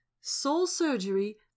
soul-surgery